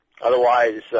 Otherwise